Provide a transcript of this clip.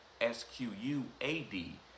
S-Q-U-A-D